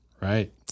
Right